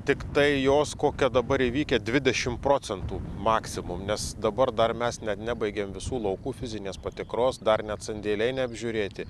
tiktai jos kokia dabar įvykę dvidešim procentų maksimum nes dabar dar mes net nebaigėm visų laukų fizinės patikros dar net sandėliai neapžiūrėti